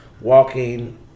walking